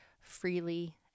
freely